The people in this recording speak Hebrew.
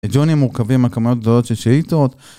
זה ג'ויינים מורכבים, כמויות גדולות של שאיתות